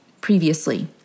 previously